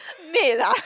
maid ah